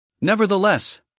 Nevertheless